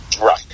Right